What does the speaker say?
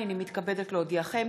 הנני מתכבדת להודיעכם,